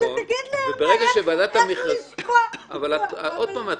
שתגיד להם איך --- עוד פעם,